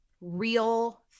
real